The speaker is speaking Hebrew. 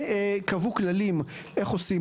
וקבעו כללים, איך עושים?